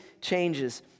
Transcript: changes